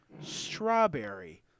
strawberry